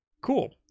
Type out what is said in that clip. Cool